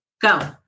Go